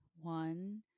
one